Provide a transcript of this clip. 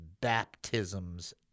baptisms